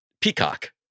Peacock